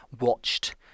watched